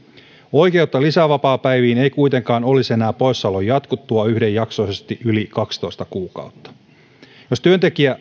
oikeutta lisävapaapäiviin ei kuitenkaan olisi enää poissaolon jatkuttua yhdenjaksoisesti yli kaksitoista kuukautta jos työntekijä